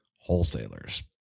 Wholesalers